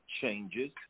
changes –